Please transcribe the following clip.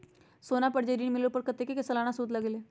सोना पर जे ऋन मिलेलु ओपर कतेक के सालाना सुद लगेल?